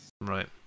right